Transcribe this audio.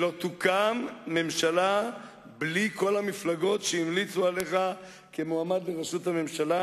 שלא תוקם ממשלה בלי כל המפלגות שהמליצו עליך כמועמד לראשות הממשלה,